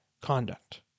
conduct